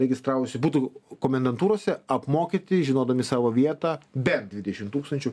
registravusių būtų komendantūrose apmokyti žinodami savo vietą bent dvidešimt tūkstančių